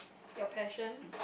your passion